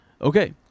okay